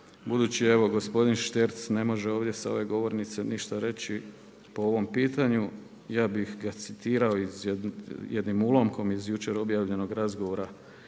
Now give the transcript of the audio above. budući da gospodin Šterc ne može ovdje sa ove govornice ništa reći po ovom pitanju, ja bih ga citirao jednim ulomkom iz jučer objavljenog razgovora